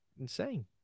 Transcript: insane